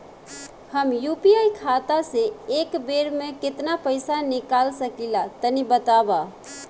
हम यू.पी.आई खाता से एक बेर म केतना पइसा निकाल सकिला तनि बतावा?